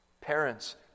Parents